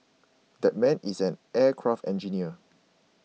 that man is an aircraft engineer